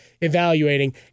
evaluating